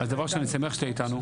דבר ראשון, אני שמח שאתה איתנו.